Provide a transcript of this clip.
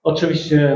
Oczywiście